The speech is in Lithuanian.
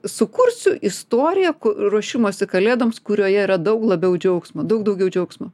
sukursiu istoriją ku ruošimosi kalėdoms kurioje yra daug labiau džiaugsmo daug daugiau džiaugsmo